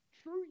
True